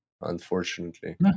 unfortunately